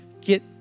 get